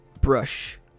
brush